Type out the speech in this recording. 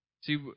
See